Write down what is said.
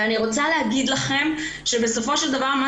ואני רוצה להגיד לכם שבסופו של דבר מה